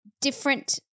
different